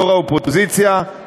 יו"ר האופוזיציה,